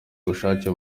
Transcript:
ubushake